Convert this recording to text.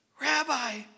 Rabbi